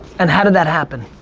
and how did that happen?